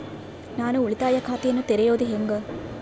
ನಾನು ಉಳಿತಾಯ ಖಾತೆಯನ್ನ ತೆರೆಯೋದು ಹೆಂಗ?